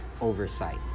oversight